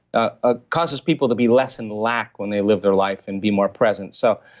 ah ah causes people to be less in lack when they live their life and be more present so